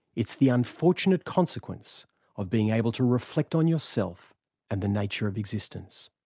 it's the unfortunate consequence of being able to reflect on yourself and the nature of existence.